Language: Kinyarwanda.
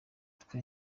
twe